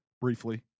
briefly